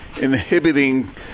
inhibiting